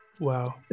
wow